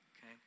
Okay